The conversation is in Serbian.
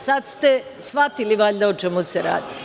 Sada ste shvatili o čemu se radi.